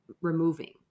removing